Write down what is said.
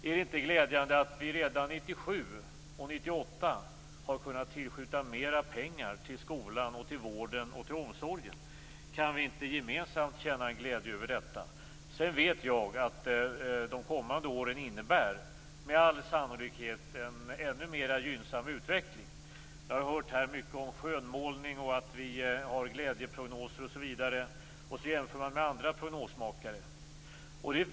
Är det inte glädjande att vi redan 1997 och 1998 har kunnat tillskjuta mera pengar till skolan, vården och omsorgen? Kan vi inte gemensamt känna en glädje över detta? Jag vet att de kommande åren med all sannolikhet innebär en ännu mera gynnsam utveckling. Vi har här hört mycket om skönmålning, glädjeprognoser osv. Man jämför med andra prognosmakare.